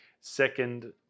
second